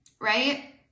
right